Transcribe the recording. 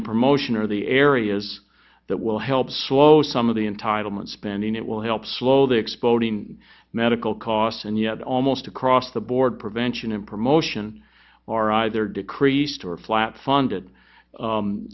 and promotion are the areas that will help slow some of the entitlement spending it will help slow the exploding medical costs and yet almost across the board prevention and promotion are either decreased or flat funded